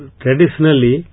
traditionally